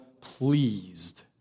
pleased